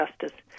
justice